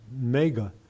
mega